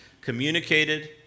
communicated